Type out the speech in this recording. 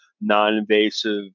non-invasive